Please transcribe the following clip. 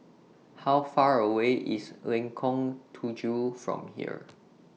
How Far away IS Lengkong Tujuh from here